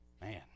Man